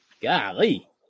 Golly